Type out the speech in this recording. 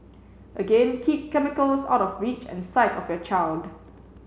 again keep chemicals out of reach and sight of your child